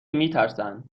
میترسند